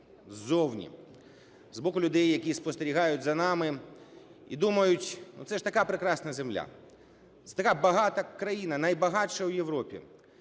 ззовні, з боку людей, які спостерігають за нами і думають: ну, це ж така прекрасна земля. Це така багата країна, найбагатша у Європі.